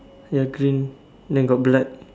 ya green then got blood